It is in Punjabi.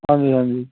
ਹਾਂਜੀ ਹਾਂਜੀ